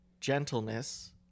gentleness